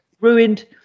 ruined